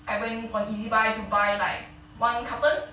I went on E_Z buy to buy like one carton